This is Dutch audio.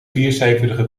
viercijferige